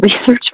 research